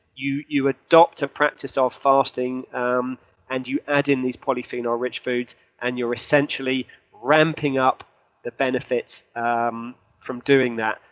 you you adopt a practice of fasting um and you add in these polyphenol rich foods and you're essentially ramping up the benefits um from doing that.